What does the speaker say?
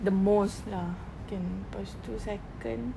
the most lah kan lepas itu second